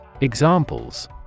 Examples